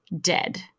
dead